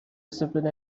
discipline